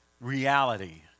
reality